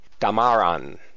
Damaran